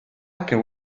can